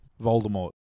Voldemort